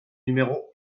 numéro